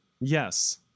Yes